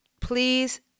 please